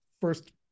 first